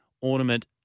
ornament